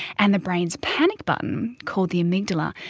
and the brain's panic button, called the amygdala,